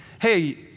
hey